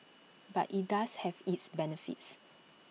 but IT does have its benefits